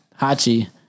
hachi